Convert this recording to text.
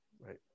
Right